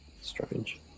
Strange